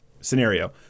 Scenario